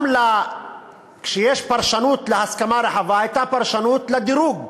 גם כשיש פרשנות להסכמה רחבה, הייתה פרשנות לדירוג.